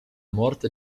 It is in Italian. morte